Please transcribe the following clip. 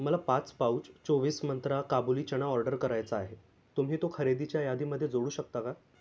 मला पाच पाउच चोवीस मंत्रा काबुली चणा ऑर्डर करायचा आहे तुम्ही तो खरेदीच्या यादीमध्ये जोडू शकता का